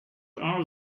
are